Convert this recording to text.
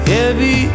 Heavy